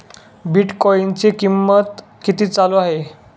बिटकॉइनचे कीमत किती चालू आहे